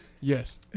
Yes